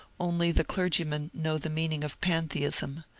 only the clergymen know the meaning of pantheism.